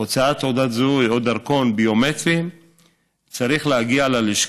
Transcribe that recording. הוצאת תעודת זהות או דרכון ביומטריים צריך להגיע ללשכה,